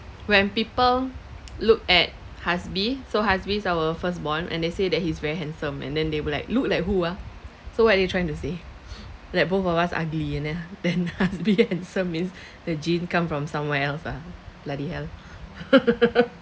when people look at Hazbi so Hazbi is our firstborn and they say that he's very handsome and then they will like look like who ah so what are you trying to say like both of us ugly and then then Hazbi handsome is the gene come from somewhere else ah bloody hell